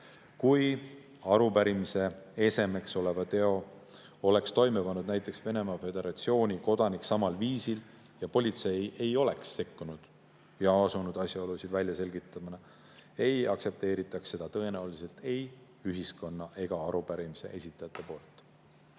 Kui arupärimise esemeks oleva teo oleks toime pannud näiteks Venemaa Föderatsiooni kodanik samal viisil, aga politsei ei oleks sekkunud ega asunud asjaolusid välja selgitama, ei aktsepteeriks seda tõenäoliselt ei ühiskond ega arupärimise esitajad.